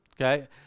Okay